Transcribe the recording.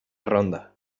ronda